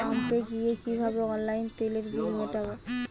পাম্পে গিয়ে কিভাবে অনলাইনে তেলের বিল মিটাব?